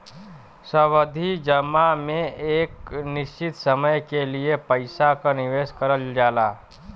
सावधि जमा में एक निश्चित समय के लिए पइसा क निवेश करल जाला